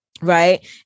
Right